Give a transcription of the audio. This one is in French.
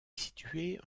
située